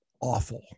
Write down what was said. awful